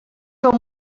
fer